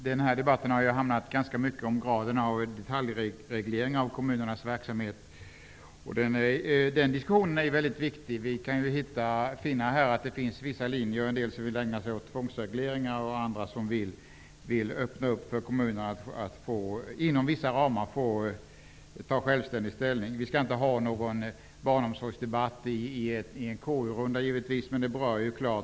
Herr talman! Debatten har ju handlat ganska mycket om graden av detaljregleringar av kommunernas verksamhet. Den diskussionen är väldigt viktig. Man kan finna att det finns olika linjer. En del vill ägna sig åt tvångsregleringar, medan andra vill ge kommunerna möjligheter att inom vissa ramar ta självständig ställning. Vi skall givetvis inte ha någon barnomsorgsdebatt under behandlingen av ett KU-ärende.